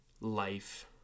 life